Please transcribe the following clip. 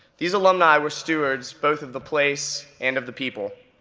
these alumni were stewards both of the place and of the people.